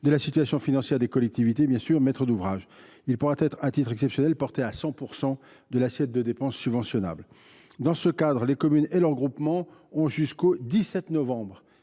de la situation financière des collectivités maîtres d’ouvrage. Il pourra, à titre exceptionnel, être porté à 100 % de l’assiette de dépenses subventionnables. Dans ce cadre, les communes et leurs groupements ont jusqu’au 17 novembre